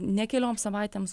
ne kelioms savaitėms